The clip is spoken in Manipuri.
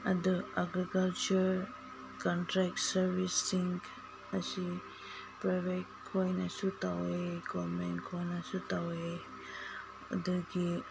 ꯑꯗꯨ ꯑꯦꯒ꯭ꯔꯤꯀꯜꯆꯔ ꯀꯟꯇ꯭ꯔꯦꯛ ꯁꯥꯔꯕꯤꯁꯁꯤꯡ ꯑꯁꯤ ꯄ꯭ꯔꯥꯏꯕꯦꯠ ꯈꯣꯏꯅꯁꯨ ꯇꯧꯋꯦ ꯒꯣꯕꯔꯃꯦꯟ ꯈꯣꯏꯅꯁꯨ ꯇꯧꯋꯦ ꯑꯗꯨꯒꯤ